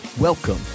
Welcome